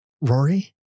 Rory